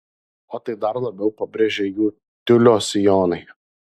o tai dar labiau pabrėžia jų tiulio sijonai